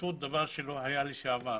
פשוט דבר שלא היה קודם לכן.